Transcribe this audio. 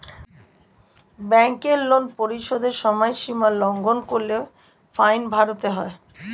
ব্যাংকের লোন পরিশোধের সময়সীমা লঙ্ঘন করলে ফাইন ভরতে হয়